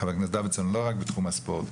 לא רק בתחום הספורט.